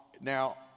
Now